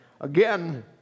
Again